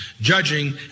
judging